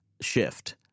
shift